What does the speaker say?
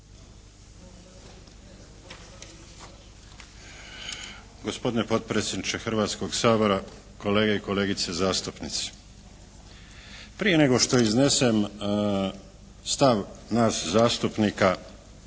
Gospodine potpredsjedniče Hrvatskog sabora, kolege i kolegice zastupnici! Prije nego što iznesem stav nas zastupnika